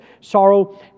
sorrow